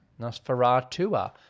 Nosferatu